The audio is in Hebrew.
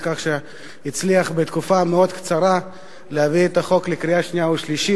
על כך שהצליח בתקופה מאוד קצרה להביא את החוק לקריאה שנייה ושלישית.